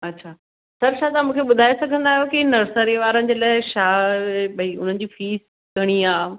अच्छा सर छा तव्हां मूंखे ॿुधा सघंदा आहियो की नर्सरी वारनि जे लाइ छा ॿई हुननि जी फीस घणी आहे